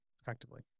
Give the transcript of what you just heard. effectively